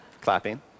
clapping